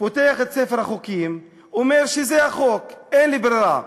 פותח את ספר החוקים, אומר: זה החוק, אין לי ברירה.